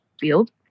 field